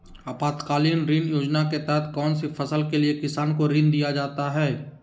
आपातकालीन ऋण योजना के तहत कौन सी फसल के लिए किसान को ऋण दीया जाता है?